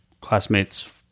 classmate's